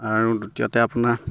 আৰু দ্বিতীয়তে আপোনাৰ